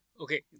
Okay